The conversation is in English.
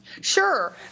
Sure